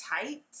tight